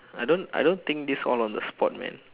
I don't I don't think this all on the spot man